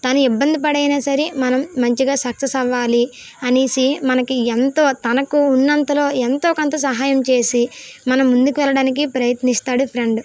తను ఇబ్బంది పడైనా సరే మనం మంచిగా సక్సెస్ అవ్వాలి అనేసి మనకి ఎంతో తనకు ఉన్నంతలో ఎంతో కొంత సహాయం చేసి మనం ముందుకు వెళ్ళడానికి ప్రయత్నిస్తాడు ఫ్రెండ్